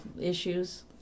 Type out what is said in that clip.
issues